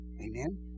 Amen